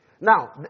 Now